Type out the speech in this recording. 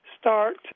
start